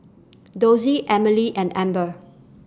Dossie Emily and Eber